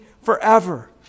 forever